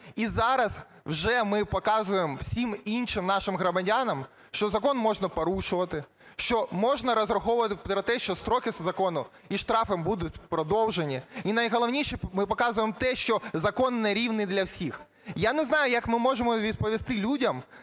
І зараз вже ми показуємо всім іншим нашим громадянам, що закон можна порушувати, що можна розраховувати на те, що строки закону і штрафи будуть продовжені. І, найголовніше, ми показуємо те, що закон не рівний для всіх. Я не знаю, як ми можемо відповісти людям,